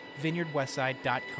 vineyardwestside.com